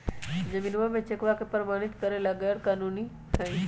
Germany में चेकवा के प्रमाणित करे ला गैर कानूनी हई